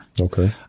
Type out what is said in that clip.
Okay